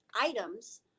items